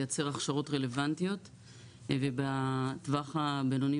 לייצר הכשרות רלוונטיות ובטווח הבינוני